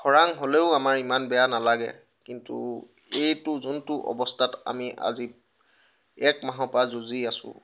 খৰাং হ'লেও আমাৰ ইমান বেয়া নালাগে কিন্তু এইটো যোনটো অৱস্থাত আমি আজি এক মাহৰ পৰা যুঁজি আছোঁ